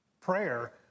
prayer